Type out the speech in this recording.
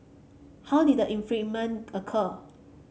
how did the infringement occur